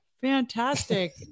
Fantastic